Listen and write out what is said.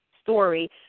story